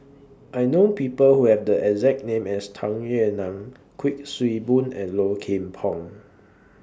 I know People Who Have The exact name as Tung Yue Nang Kuik Swee Boon and Low Kim Pong